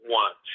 one